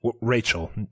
Rachel